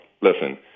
listen